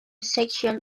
sections